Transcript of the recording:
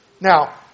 Now